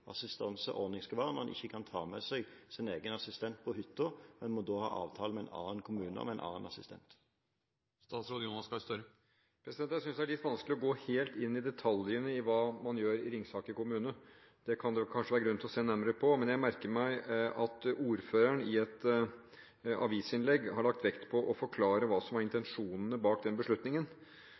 når en ikke kan ta med seg sin egen assistent på hytta, men må ha avtale med en annen kommune om en annen assistent? Jeg synes det er litt vanskelig å gå inn i detaljene i hva man gjør i Ringsaker kommune. Det kan kanskje være grunn til å se nærmere på dette, men jeg merker meg at ordføreren i et avisinnlegg har lagt vekt på å forklare hva som var intensjonene bak den beslutningen.